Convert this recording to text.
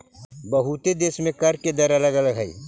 बहुते देश में कर के दर अलग अलग हई